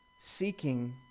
seeking